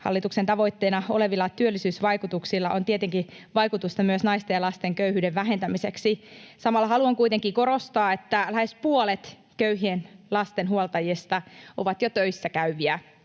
Hallituksen tavoitteena olevilla työllisyysvaikutuksilla on tietenkin vaikutusta myös naisten ja lasten köyhyyden vähentämiseksi. Samalla haluan kuitenkin korostaa, että lähes puolet köyhien lasten huoltajista on jo töissä käyviä